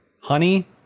Honey